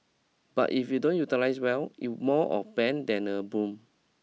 but if you don't utilise well it more of bane than a boon